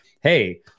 Hey